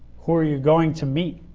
who are you going to meet?